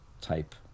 type